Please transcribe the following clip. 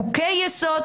חוקי-יסוד,